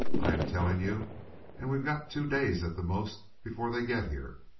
i am telling you and we've got two days at the most before they get here.